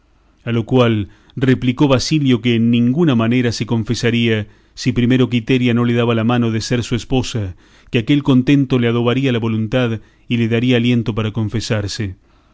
a lo cual replicó basilio que en ninguna manera se confesaría si primero quiteria no le daba la mano de ser su esposa que aquel contento le adobaría la voluntad y le daría aliento para confesarse